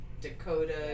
Dakota